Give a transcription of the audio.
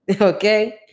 Okay